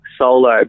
solo